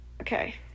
okay